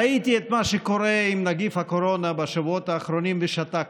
ראיתי את מה שקורה עם נגיף הקורונה בשבועות האחרונים ושתקתי.